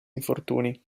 infortuni